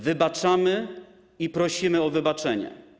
Wybaczamy i prosimy o wybaczenie.